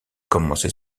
commencer